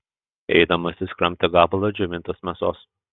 eidamas jis kramtė gabalą džiovintos mėsos